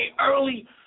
early